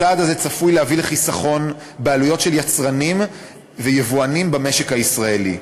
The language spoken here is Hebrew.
הצעד הזה צפוי להביא לחיסכון בעלויות של יצרנים ויבואנים במשק הישראלי,